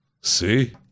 See